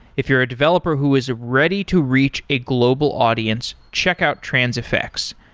if you're a developer who is ready to reach a global audience, check out transifex.